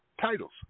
titles